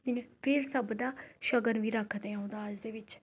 ਕਿਵੇਂ ਫੇਰ ਸਭ ਦਾ ਸ਼ਗਨ ਵੀ ਰੱਖਦੇ ਹੈ ਉਹ ਦਾਜ ਦੇ ਵਿੱਚ